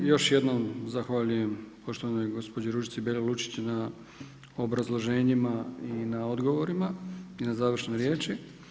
Još jednom zahvaljujem poštovanoj gospođi Ružici Beljo Lučić na obrazloženjima i na odgovorima i na završnoj riječi.